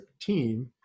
team